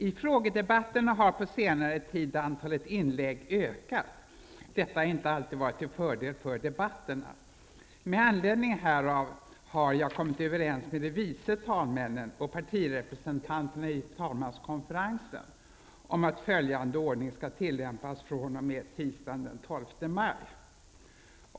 I frågedebatterna har på senare tid antalet inlägg ökat. Detta har inte alltid varit till fördel för debatterna. Med anledning härav har jag kommit överens med de vice talmännen och partirepresentanterna i talmanskonferensen om att följande ordning skall tillämpas fr.o.m. tisdagen den 12 maj.